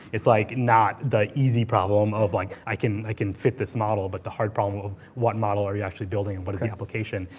it's like not the easy problem of like, i can i can fit this model, but the hard problem of what model are you actually building? and what is the application?